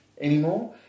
anymore